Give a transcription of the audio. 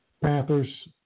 Panthers